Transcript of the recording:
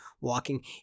Walking